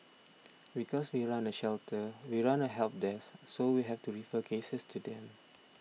because we run a shelter we run a help desk so we have to refer cases to them